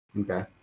Okay